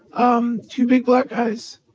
um two big black guys,